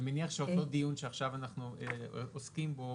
אני מניח שאותו דיון שעכשיו אנחנו עוסקים בו,